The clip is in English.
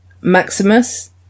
Maximus